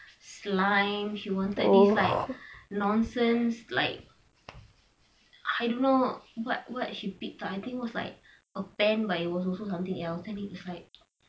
slime she wanted this like nonsense like I don't know what what she picked I think was like a band or was like something else then it was like